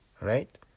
Right